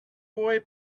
boy